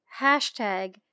hashtag